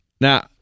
Now